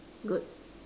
good